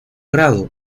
grado